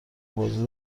بازی